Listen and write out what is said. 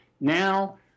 Now